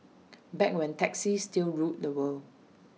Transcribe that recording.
back when taxis still ruled the world